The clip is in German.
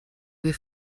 wir